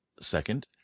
Second